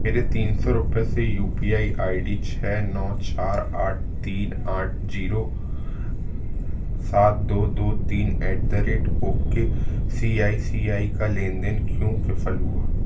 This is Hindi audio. मेरे तीन सौ रुपये से U P I I D छः नौ चार आठ तीन आठ जीरो सात दो दो तीन at the rate O K C I C I का लेनदेन क्यों विफल हुआ